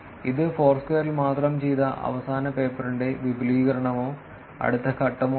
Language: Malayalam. ഇത് ഫോർസ്ക്വയറിൽ മാത്രം ചെയ്ത അവസാന പേപ്പറിന്റെ വിപുലീകരണമോ അടുത്ത ഘട്ടമോ ആണ്